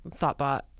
ThoughtBot